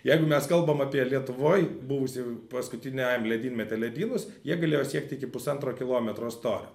jeigu mes kalbam apie lietuvoj buvusį paskutiniajam ledynmete ledynus jie galėjo siekt iki pusantro kilometro storio